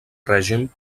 règim